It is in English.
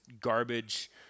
garbage